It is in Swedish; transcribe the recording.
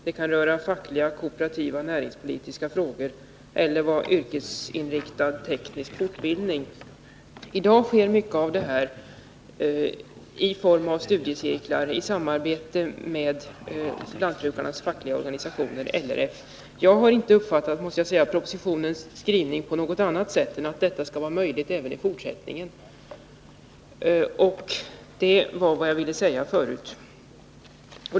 Det kan röra fackliga, kooperativa, näringspolitiska frågor eller vara yrkesinriktad, teknisk fortbildning. I dag sker mycket av denna fortbildning i studiecirklar i samarbete med lantbrukarnas fackliga organisation LRF. Jag har inte, måste jag säga, uppfattat propositionens skrivning på något annat sätt än att detta skall vara möjligt även i fortsättningen. Det är vad jag ville säga förut.